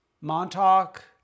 Montauk